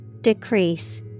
Decrease